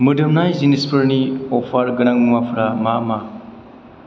मोदोमनाय जिनिसफोरनि अफार गोनां मुवाफोरा मा मा